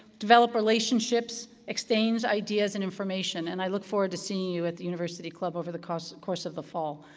develop relationships, exchange ideas and information, and i look forward to seeing you at the university club over the course course of the fall.